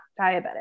diabetic